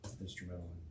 instrumental